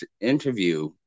interview